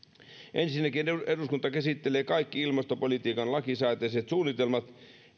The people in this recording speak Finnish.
ensinnäkin eduskunta käsittelee kaikki ilmastopolitiikan lakisääteiset suunnitelmat